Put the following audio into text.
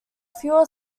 fewer